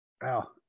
wow